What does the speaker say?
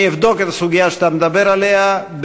אני אבדוק את הסוגיה שאתה מדבר עליה,